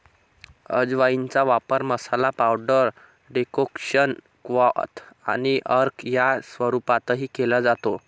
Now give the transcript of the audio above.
अजवाइनचा वापर मसाला, पावडर, डेकोक्शन, क्वाथ आणि अर्क या स्वरूपातही केला जातो